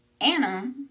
Anna